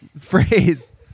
phrase